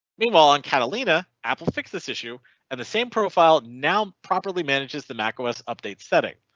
meanwhile on catalina apple fix this issue and the same profile, now properly manage is the mac os update setting.